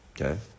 okay